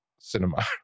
cinema